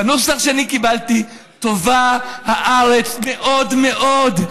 בנוסח שאני קיבלתי טובה הארץ מאוד מאוד.